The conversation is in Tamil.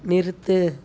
நிறுத்து